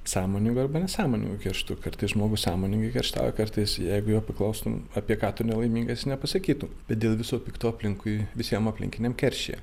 sąmoningu arba nesąmoningu kerštu kartais žmogus sąmoningai kerštauja kartais jeigu jo paklaustum apie ką tu nelaimingas jis nepasakytų bet dėl viso pikto aplinkui visiem aplinkiniam keršija